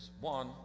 One